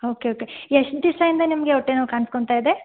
okay okay ಎಷ್ಟು ದಿಸದಿಂದ ನಿಮಗೆ ಹೊಟ್ಟೆನೋವು ಕಾಣ್ಸ್ಕೊತಾ ಇದೆ